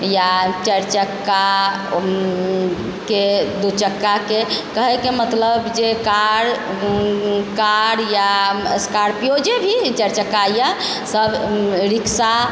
या चारि चक्का के दू चक्काके कहयके मतलब जे कार कार या स्कार्पियो जे भी चारि चक्का यऽ सब रिक्शा